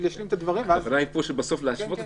אשלים את הדברים ואז --- הכוונה היא להשוות את זה,